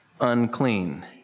unclean